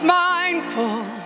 mindful